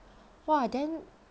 !wah! then